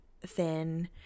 thin